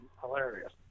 hilarious